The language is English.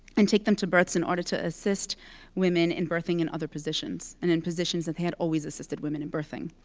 and take them to births in order to assist women in birthing in other positions, and in positions that they had always assisted women in birthing.